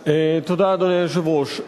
תודה, אדוני היושב-ראש.